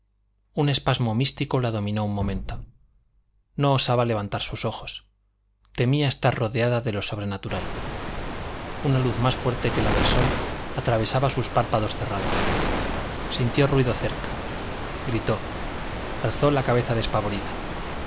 un espanto místico la dominó un momento no osaba levantar los ojos temía estar rodeada de lo sobrenatural una luz más fuerte que la del sol atravesaba sus párpados cerrados sintió ruido cerca gritó alzó la cabeza despavorida